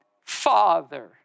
father